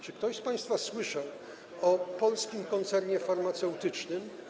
Czy ktoś z państwa słyszał o polskim koncernie farmaceutycznym?